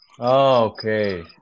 Okay